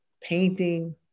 painting